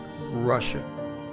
Russia